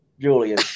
Julian